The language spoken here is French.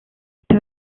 peut